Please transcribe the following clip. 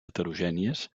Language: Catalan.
heterogènies